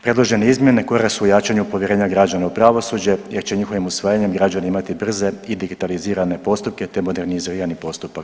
Predložene izmjene korak su u jačanju povjerenja građana u pravosuđe jer će njihovim usvajanjem građani imati brze i digitalizirane postupke, te modernizirani postupak.